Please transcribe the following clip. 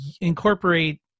incorporate